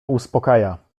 uspokaja